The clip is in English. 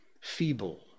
feeble